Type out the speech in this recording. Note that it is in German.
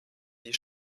die